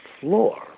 floor